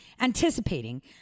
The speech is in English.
Anticipating